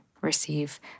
receive